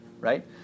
right